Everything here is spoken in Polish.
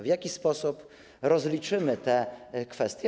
W jaki sposób rozliczymy te kwestie?